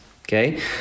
okay